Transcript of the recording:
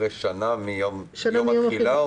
שנה מיום התחילה.